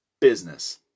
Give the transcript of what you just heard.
business